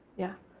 yeah